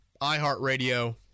iHeartRadio